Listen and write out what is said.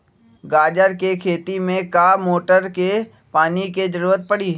गाजर के खेती में का मोटर के पानी के ज़रूरत परी?